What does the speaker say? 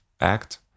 act